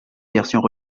versions